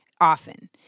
often